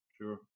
Sure